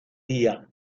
día